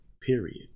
period